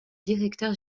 directeur